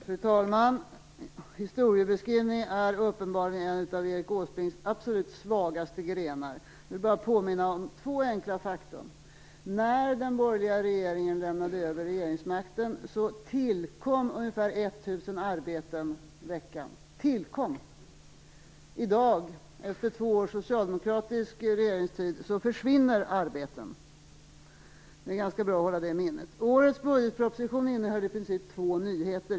Fru talman! Historiebeskrivning är uppenbarligen en av Erik Åsbrinks absolut svagaste grenar. Jag vill bara påminna om två enkla faktum. När den borgerliga regeringen överlämnade regeringsmakten tillkom ca 1 000 arbeten i veckan. I dag efter två års socialdemokratisk regeringstid försvinner arbeten. Man bör hålla detta i minnet. Årets bugetproposition innehöll två nyheter.